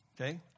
okay